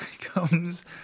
comes